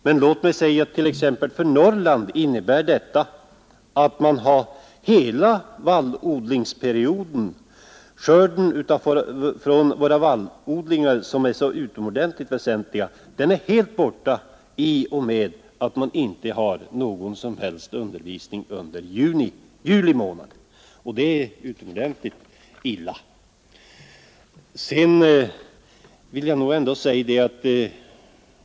Men för Norrland innebär detta t.ex. att hela skördeperioden för våra vallodlingar, som är så utomordentligt väsentliga, helt försvinner ur undervisningen i och med att denna inte bedrivs under juli månad.